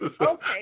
Okay